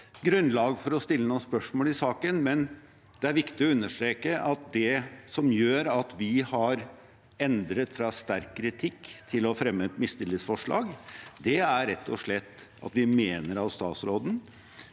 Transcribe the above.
grunnlag for å stille noen spørsmål i saken, men det er viktig å understreke at det som gjør at vi har endret fra sterk kritikk til å fremme et mistillitsforslag, rett og slett er at vi mener at statsråden